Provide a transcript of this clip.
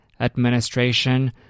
Administration